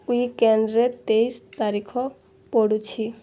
ୱିକେଣ୍ଡରେ ତେଇଶ ତାରିଖ ପଡ଼ୁଛି